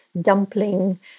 dumpling